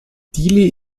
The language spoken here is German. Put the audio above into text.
dili